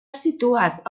situat